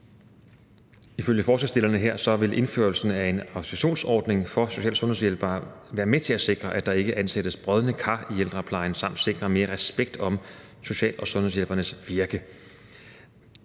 Ifølge forslagsstillerne vil indførelsen af en autorisationsordning for social- og sundhedshjælpere være med til at sikre, at der ikke ansættes brodne kar i ældreplejen, samt sikre mere respekt om social- og sundhedshjælpernes virke.